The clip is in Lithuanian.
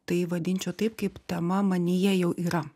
tai vadinčiau taip kaip tema manyje jau yra